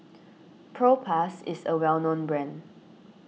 Propass is a well known brand